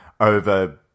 over